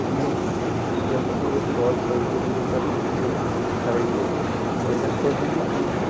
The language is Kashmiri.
چیٖز یُس یہِ تیٖل چھُ یہٕ اوس بہٕ دۄہس دۄیہِ پھرِ یوٗز کران اَمہِ سۭتۍ گٔے مےٚ مَستَس خرٲبی فٲیدہ توٚر نہٕ مےٚ کِہینۍ